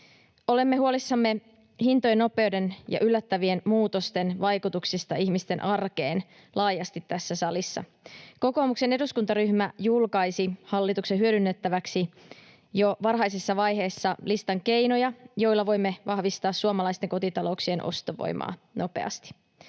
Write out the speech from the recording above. salissa huolissamme hintojen nopeiden ja yllättävien muutosten vaikutuksista ihmisten arkeen. Kokoomuksen eduskuntaryhmä julkaisi hallituksen hyödynnettäväksi jo varhaisessa vaiheessa listan keinoja, joilla voimme vahvistaa suomalaisten kotitalouksien ostovoimaa nopeasti.